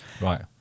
Right